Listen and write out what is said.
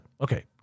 Okay